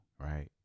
right